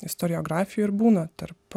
istoriografijoj ir būna tarp